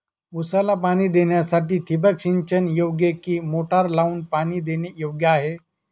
ऊसाला पाणी देण्यासाठी ठिबक सिंचन योग्य कि मोटर लावून पाणी देणे योग्य आहे?